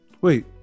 Wait